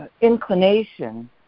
inclination